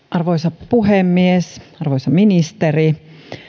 arvoisa puhemies arvoisa ministeri